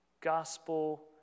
gospel